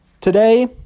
Today